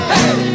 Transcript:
Hey